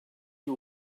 you